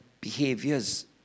behaviors